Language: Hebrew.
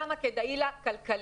כמה כדאי לה כלכלית.